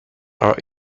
are